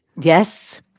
Yes